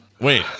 Wait